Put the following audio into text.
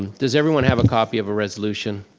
does everyone have a copy of a resolution?